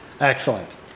Excellent